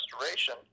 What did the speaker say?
restoration